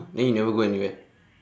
then you never go anywhere